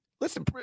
Listen